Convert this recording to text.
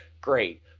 great